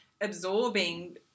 absorbing